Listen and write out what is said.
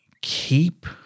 keep